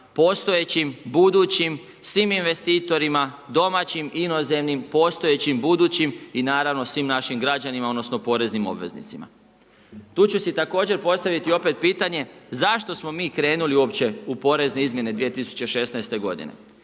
postojećim, budućim, svim investitorima, domaćim, inozemnim, postojećim, budućim i naravno svim našim građanima, odnosno poreznim obveznicima. Tu ću si također postaviti opet pitanje zašto smo mi krenuli uopće u porezne izmjene 2016. godine.